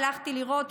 הלכתי לראות.